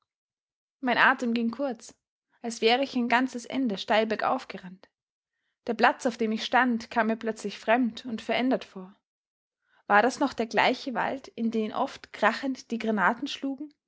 mein atem ging kurz als wäre ich ein ganzes ende steil bergauf gerannt der platz auf dem ich stand kam mir plötzlich fremd und verändert vor war das noch der gleiche wald in den oft krachend die granaten schlugen